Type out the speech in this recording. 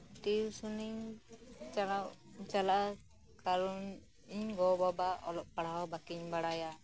ᱴᱤᱩᱥᱩᱱᱤ ᱪᱟᱞᱟᱣ ᱪᱟᱞᱟᱜᱼᱟ ᱠᱟᱨᱚᱱ ᱤᱧᱜᱚ ᱵᱟᱵᱟ ᱚᱞᱚᱜ ᱯᱟᱲᱦᱟᱣ ᱵᱟᱹᱠᱤᱱ ᱵᱟᱲᱟᱭᱟ